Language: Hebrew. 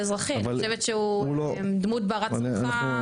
האזרחי, אני חושבת שהוא דמות ברת סמכא.